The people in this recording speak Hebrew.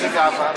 בעבר?